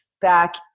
back